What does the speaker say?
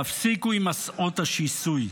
תפסיקו עם מסעות השיסוי.